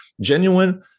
genuine